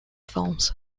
films